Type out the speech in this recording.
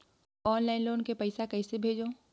Online loan के पईसा कइसे भेजों?